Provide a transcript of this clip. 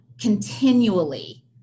Continually